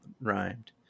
rhymed